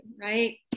right